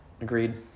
agreed